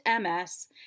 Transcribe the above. MS